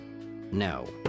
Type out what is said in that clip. No